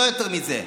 לא יותר מזה.